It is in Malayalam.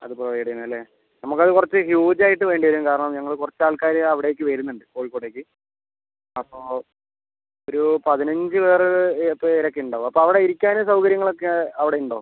അത് പ്രൊവൈഡ് ചെയ്യണം അല്ലേ നമുക്ക് അത് കുറച്ച് ഹ്യൂജ് ആയിട്ട് വേണ്ടി വരും കാരണം ഞങ്ങൾ കുറച്ച് ആൾക്കാർ അവിടേക്ക് വരുന്നുണ്ട് കോഴിക്കോടേക്ക് അപ്പം ഒരു പതിനഞ്ച് പേർ പേരൊക്കെ ഉണ്ടാവും അപ്പം അവിടെ ഇരിക്കാനും സൗകര്യങ്ങൾ ഒക്കെ അവിടെ ഉണ്ടോ